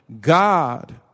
God